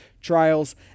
trials